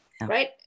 Right